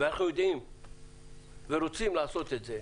ואנחנו יודעים ורוצים לעשות את זה,